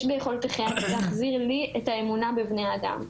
יש ביכולתכם להחזיר לי את האמונה בבני אדם.